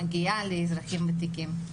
שמגיעה לאזרחים ותיקים.